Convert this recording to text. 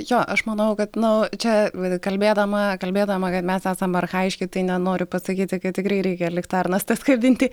jo aš manau kad nu čia kalbėdama kalbėdama kad mes esam archajiški tai nenoriu pasakyti kad tikrai reikia liktarnas tas kabinti